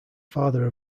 father